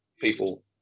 people